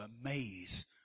amaze